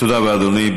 תודה רבה, אדוני.